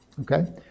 Okay